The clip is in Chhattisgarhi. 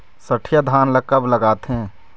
सठिया धान ला कब लगाथें?